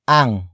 ang